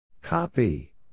Copy